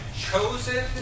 chosen